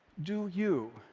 do you